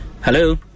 Hello